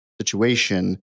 situation